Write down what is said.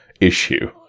issue